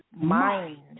Mind